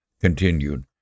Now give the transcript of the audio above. continued